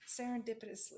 serendipitously